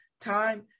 Time